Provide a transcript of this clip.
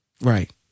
Right